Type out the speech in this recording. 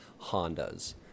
Hondas